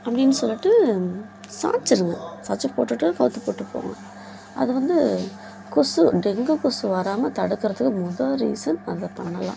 அப்படின்னு சொல்லிவிட்டு சாய்ச்சிருங்க சாய்ச்சி போட்டுவிட்டு கவுழ்த்து போட்டு போங்கள் அதை வந்து கொசு டெங்கு கொசு வராமல் தடுக்கிறதுக்கு மொதல் ரீசன் அதை பண்ணலாம்